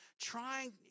trying